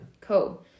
Cool